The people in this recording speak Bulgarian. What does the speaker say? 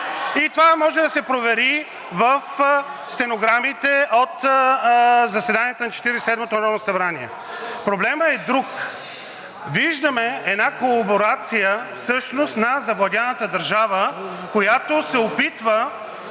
И това може да се провери в стенограмите от заседанията на Четиридесет и седмото народно събрание. Проблемът е друг. Виждаме една колаборация всъщност на завладяната държава, която се опитва